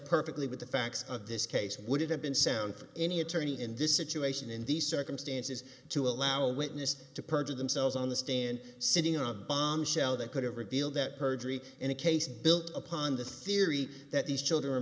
perfectly with the facts of this case would it have been sound for any attorney in this situation in these circumstances to allow a witness to perjure themselves on the stand sitting on a bombshell that could have revealed that perjury and a case built upon the theory that these children are